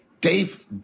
Dave